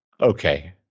okay